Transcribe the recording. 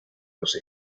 los